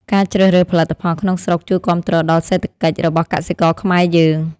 ការជ្រើសរើសផលិតផលក្នុងស្រុកជួយគាំទ្រដល់សេដ្ឋកិច្ចរបស់កសិករខ្មែរយើង។